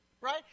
right